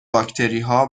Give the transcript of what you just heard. باکتریها